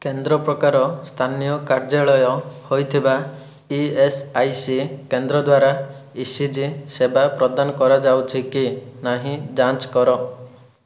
କେନ୍ଦ୍ର ପ୍ରକାର ସ୍ଥାନୀୟ କାର୍ଯ୍ୟାଳୟ ହୋଇଥିବା ଇ ଏସ୍ ଆଇ ସି କେନ୍ଦ୍ର ଦ୍ୱାରା ଇ ସି ଜି ସେବା ପ୍ରଦାନ କରାଯାଉଛି କି ନାହିଁ ଯାଞ୍ଚ କର